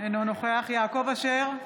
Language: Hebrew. אינו נוכח יעקב אשר,